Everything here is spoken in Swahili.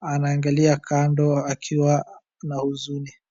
anaangalia kando akiwa na huzuni.